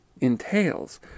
entails